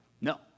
No